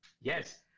Yes